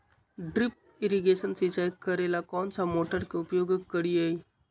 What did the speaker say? Drip irrigation सिंचाई करेला कौन सा मोटर के उपयोग करियई?